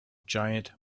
giant